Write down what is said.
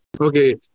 okay